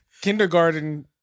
Kindergarten